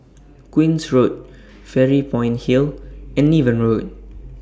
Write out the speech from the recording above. Queen's Road Fairy Point Hill and Niven Road